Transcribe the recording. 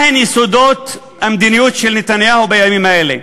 נקודה שנייה: מה הם יסודות המדיניות של נתניהו בימים האלה?